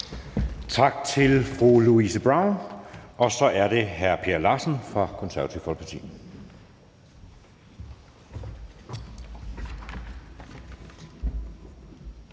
Tak til fru Louise Brown. Så er det hr. Per Larsen fra Det Konservative Folkeparti.